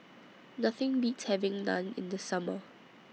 Nothing Beats having Naan in The Summer